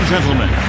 Gentlemen